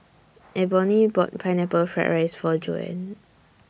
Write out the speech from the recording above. Eboni bought Pineapple Fried Rice For Joann